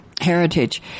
heritage